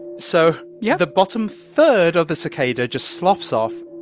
so yeah the bottom third of the cicada just slops off,